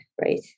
Right